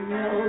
no